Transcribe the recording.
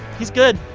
he's good.